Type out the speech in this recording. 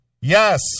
Yes